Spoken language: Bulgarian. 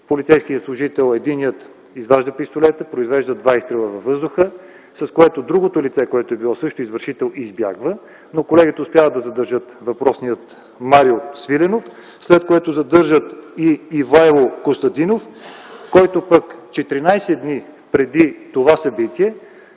полицейски служител изважда пистолет и произвежда два изстрела във въздуха, след което другото лице – също извършител, избягва. Колегите успяват да задържат въпросния Марио Свиленов, след което задържат и Ивайло Костадинов, който пък 14 дни преди това събитие